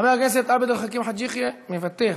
חבר הכנסת עבד אל חכים חאג' יחיא, מוותר,